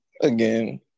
again